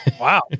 Wow